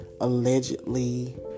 allegedly